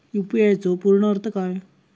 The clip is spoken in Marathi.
यू.पी.आय चो पूर्ण अर्थ काय?